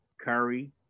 Curry